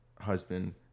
husband